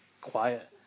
quiet